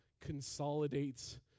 consolidates